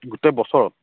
গোটেই বছৰত